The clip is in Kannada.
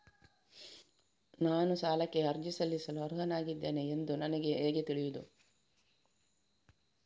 ನಾನು ಸಾಲಕ್ಕೆ ಅರ್ಜಿ ಸಲ್ಲಿಸಲು ಅರ್ಹನಾಗಿದ್ದೇನೆ ಎಂದು ನನಗೆ ಹೇಗೆ ತಿಳಿಯುದು?